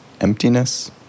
emptiness